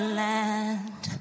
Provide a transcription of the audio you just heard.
land